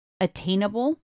attainable